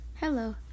Hello